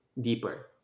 deeper